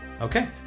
Okay